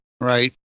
Right